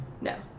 No